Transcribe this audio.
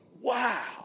Wow